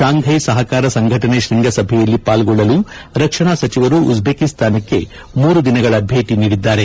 Shanghai ಸಹಕಾರ ಸಂಘಟನೆ ಶೃಂಗಸಭೆಯಲ್ಲಿ ಪಾಲ್ಗೊಳ್ಳಲು ರಕ್ಷಣಾ ಸಚಿವರು ಉಜ್ಜೆಕಿಸ್ತಾನಕ್ಕೆ ಮೂರು ದಿನಗಳ ಭೇಟ ನೀಡಿದ್ದಾರೆ